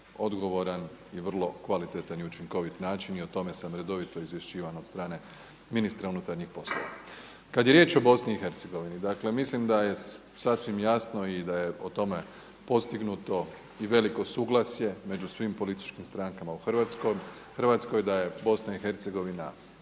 odgovoran i vrlo kvalitetan i učinkovit način i o tome sam redovito izvješćivan od strane ministra unutarnjih poslova. Kad je riječ o Bosni i Hercegovini, dakle mislim da je sasvim jasno i da je o tome postignuto i veliko suglasje među svim političkim strankama u Hrvatskoj, da je Bosna i Hercegovina